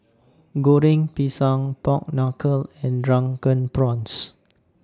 Goreng Pisang Pork Knuckle and Drunken Prawns